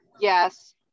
yes